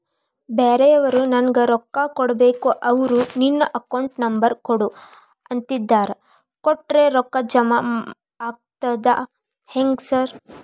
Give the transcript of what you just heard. ಬ್ಯಾರೆವರು ನಂಗ್ ರೊಕ್ಕಾ ಕೊಡ್ಬೇಕು ಅವ್ರು ನಿನ್ ಅಕೌಂಟ್ ನಂಬರ್ ಕೊಡು ಅಂತಿದ್ದಾರ ಕೊಟ್ರೆ ರೊಕ್ಕ ಜಮಾ ಆಗ್ತದಾ ಹೆಂಗ್ ಸಾರ್?